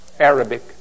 Arabic